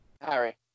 Harry